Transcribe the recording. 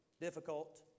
Difficult